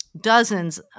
dozens